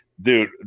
dude